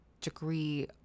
degree